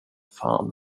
fan